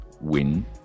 win